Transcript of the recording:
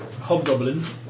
hobgoblins